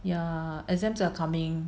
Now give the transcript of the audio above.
ya exams are coming